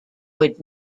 would